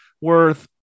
worth